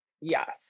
yes